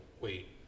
wait